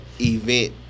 event